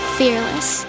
fearless